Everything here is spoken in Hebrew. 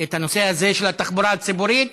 את הנושא הזה של התחבורה הציבורית,